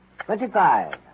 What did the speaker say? Twenty-five